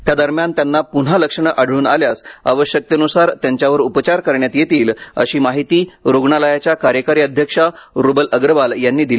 त्या दरम्यान त्यांना पुन्हा लक्षणे आढळून आल्यास आवश्यकतेनुसार त्यांच्यावर उपचार करण्यात येतील अशी माहिती रुग्णालयाच्या कार्यकारी अध्यक्षा रुबल अग्रवाल यांनी दिली